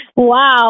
wow